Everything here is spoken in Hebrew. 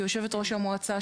שהיא יושבת ראש המועצה,